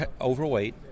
overweight